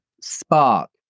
spark